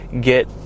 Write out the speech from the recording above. get